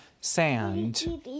sand